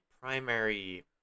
primary